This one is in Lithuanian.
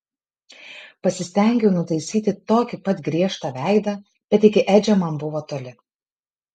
pasistengiau nutaisyti tokį pat griežtą veidą bet iki edžio man buvo toli